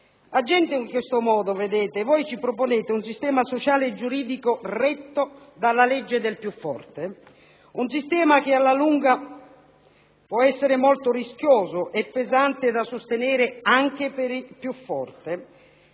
Agendo in questo modo, vedete, voi ci proponete un sistema sociale e giuridico retto dalla legge del più forte. Un sistema che alla lunga può essere molto rischioso e pesante da sostenere anche per il più forte.